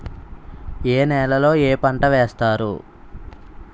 ఏ నేలలో ఏ పంట వేస్తారు?